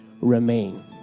Remain